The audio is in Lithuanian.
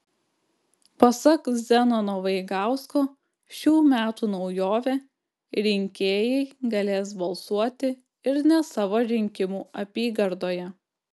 pasak zenono vaigausko šių metų naujovė rinkėjai galės balsuoti ir ne savo rinkimų apygardoje